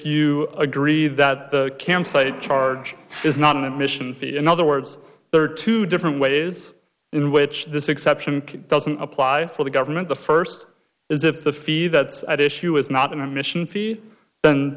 you agree that the campsite charge is not an admission fee in other words there are two different ways in which this exception doesn't apply for the government the first is if the fee that's at issue is not an emission fee